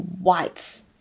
whites